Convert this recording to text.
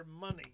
money